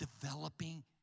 developing